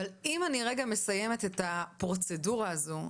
אם אני מסיימת את הפרוצדורה הזו,